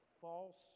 false